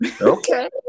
Okay